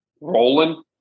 rolling